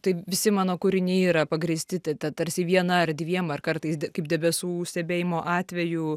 tai visi mano kūriniai yra pagrįsti ta ta tarsi viena ar dviem ar kartais kaip debesų stebėjimo atveju